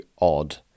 odd